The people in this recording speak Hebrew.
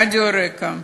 רדיו רק"ע,